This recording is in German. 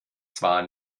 zwar